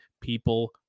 people